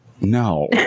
no